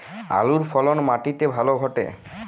আলুর ফলন মাটি তে ভালো ঘটে?